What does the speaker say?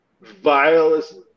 vilest